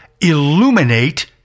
illuminate